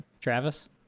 Travis